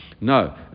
No